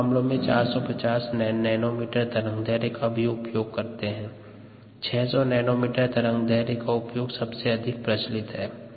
कुछ मामलों में 450 नैनोमीटर तरंग दैर्ध्य का भी उपयोग किया है 600 नैनोमीटर तरंग दैर्ध्य का उपयोग सबसे अधिक प्रचलित है